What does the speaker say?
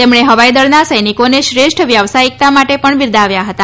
તેમણે હવાઈ દળના સૈનિકોને શ્રેષ્ઠ વ્યવસાયિકતા માટે પણ બિરદાવ્યા હતા